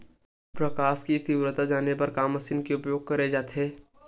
प्रकाश कि तीव्रता जाने बर का मशीन उपयोग करे जाथे?